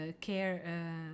care